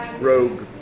Rogue